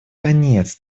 конец